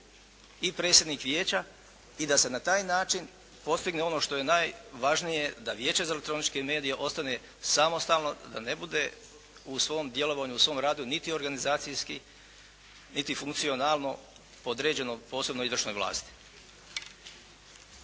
i predsjednik vijeća i da se na taj način postigne ono što je najvažnije, da Vijeće za elektroničke medije ostane samostalno, da ne bude u svom djelovanju, u svom radu, niti organizacijski, niti funkcionalno podređeno posebnoj